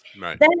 Right